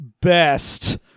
best